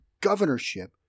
governorship